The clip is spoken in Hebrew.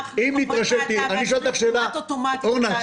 אורנה,